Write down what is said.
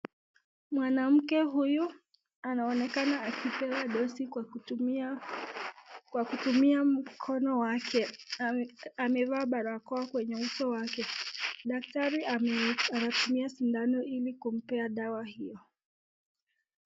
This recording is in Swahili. Mwanamke huyu anaonekana akipewa dosi kwa kutumia kwa kutumia mkono wake. amevaa barakoa kwenye uso wake, daktari anatumia sindano ili kumpea dawa hio.